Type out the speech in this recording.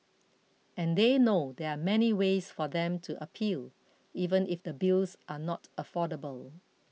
and they know there are many ways for them to appeal even if the bills are not affordable